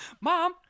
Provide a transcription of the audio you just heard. mom